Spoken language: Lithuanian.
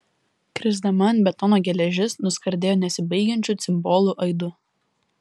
krisdama ant betono geležis nuskardėjo nesibaigiančiu cimbolų aidu